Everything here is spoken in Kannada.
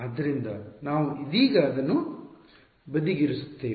ಆದ್ದರಿಂದ ನಾವು ಇದೀಗ ಅದನ್ನು ಬದಿಗಿರಿಸುತ್ತೇವೆ